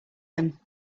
them